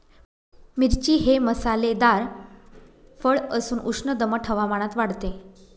मिरची हे मसालेदार फळ असून उष्ण दमट हवामानात वाढते